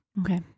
Okay